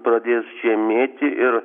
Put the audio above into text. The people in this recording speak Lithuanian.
pradės žemėti ir